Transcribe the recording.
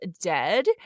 dead